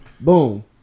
Boom